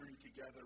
together